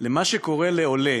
מה שקורה לעולה